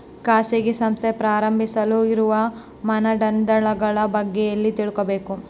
ಖಾಸಗಿ ಸಂಸ್ಥೆ ಪ್ರಾರಂಭಿಸಲು ಇರುವ ಮಾನದಂಡಗಳ ಬಗ್ಗೆ ಎಲ್ಲಿ ತಿಳ್ಕೊಬೇಕು?